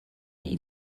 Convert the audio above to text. ihn